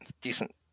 decent